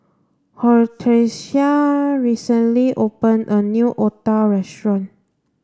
Hortensia recently open a new Otah restaurant